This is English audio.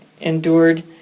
endured